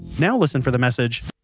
now listen for the message,